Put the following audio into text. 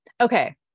Okay